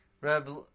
Reb